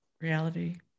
reality